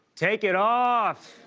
take it off!